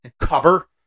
cover